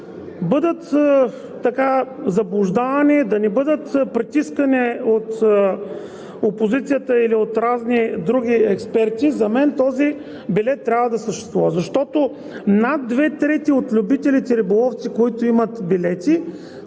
бъдат заблуждавани, да не бъдат притискани от опозицията или от разни други експерти. За мен този билет трябва да съществува, защото над две трети от любителите риболовци, които имат билети,